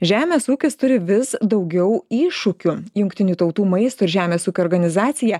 žemės ūkis turi vis daugiau iššūkių jungtinių tautų maisto ir žemės ūkio organizacija